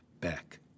back